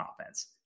offense